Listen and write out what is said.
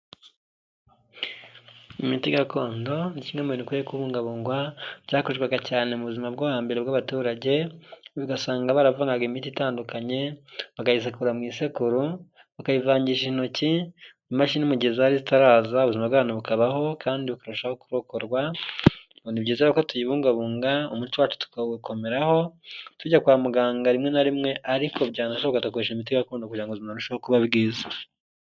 Imiti gakondo ni kimwe mu bintu bikwiye kubungabungwa, byakoreshwaga cyane mu buzima bwo hambere bw'abaturage. Ugasanga baravugutaga imiti itandukanye. bakayisekura mu isekuru, bakayivangisha intoki. Imashini mu gihe zari zitaraza, ubuzima bwabo bukabaho kandi bukarushaho kurokorwa. Ni byiza ko tuyibungabunga, umuco wacu tukawukomeraho. Tujya kwa muganga rimwe na rimwe ariko byanashoboka tugakoresha imiti gakondo kugira ngo ubuzima burusheho kuba bwiza.